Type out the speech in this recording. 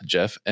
Jeff